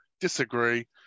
disagree